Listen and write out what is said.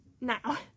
Now